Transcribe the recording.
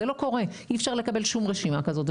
זה לא קורה, אי אפשר לקבל שום רשימה כזאת.